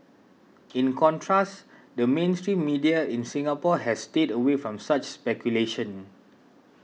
in contrast the mainstream media in Singapore has stayed away from such speculation